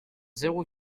zéro